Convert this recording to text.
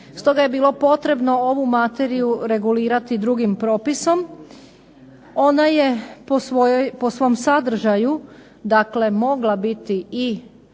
Stoga je bilo potrebno ovu materiju regulirati drugim propisom. Ona je po svom sadržaju, dakle mogla biti i